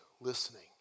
listening